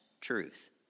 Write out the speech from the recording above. truth